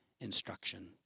instruction